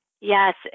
Yes